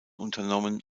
unternommen